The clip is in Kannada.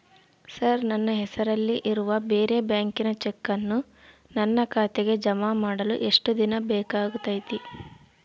ಸರ್ ನನ್ನ ಹೆಸರಲ್ಲಿ ಇರುವ ಬೇರೆ ಬ್ಯಾಂಕಿನ ಚೆಕ್ಕನ್ನು ನನ್ನ ಖಾತೆಗೆ ಜಮಾ ಮಾಡಲು ಎಷ್ಟು ದಿನ ಬೇಕಾಗುತೈತಿ?